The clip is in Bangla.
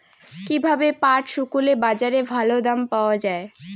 কীভাবে পাট শুকোলে বাজারে ভালো দাম পাওয়া য়ায়?